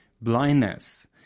blindness